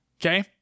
Okay